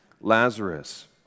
Lazarus